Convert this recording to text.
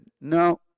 no